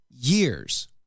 years